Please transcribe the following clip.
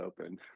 open